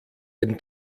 den